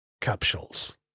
capsules